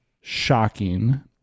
shocking